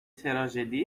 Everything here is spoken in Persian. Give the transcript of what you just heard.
تراژدی